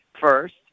first